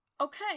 okay